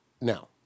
now